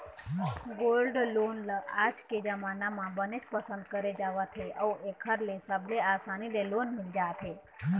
gold loan ल आज के जमाना म बनेच पसंद करे जावत हे अउ एखर ले सबले असानी ले लोन मिल जाथे